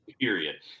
Period